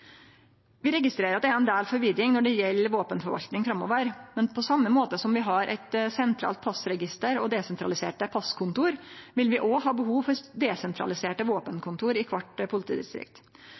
Vi registrerer at det er ein del forvirring når det gjeld våpenforvaltning framover. Men på same måte som vi har eit sentralt passregister og desentraliserte passkontor, vil vi ha behov for desentraliserte våpenkontor i kvart politidistrikt.